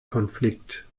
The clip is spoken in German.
konflikt